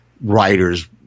writers